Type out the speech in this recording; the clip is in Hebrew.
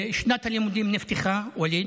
שנת הלימודים נפתחה, ווליד,